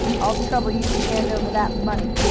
i'll trouble you to hand over that money!